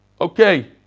Okay